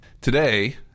Today